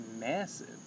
massive